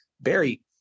Barry